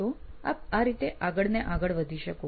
તો આપ આ રીતે આગળ ને આગળ વધી શકો